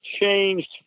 changed